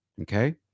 Okay